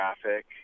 traffic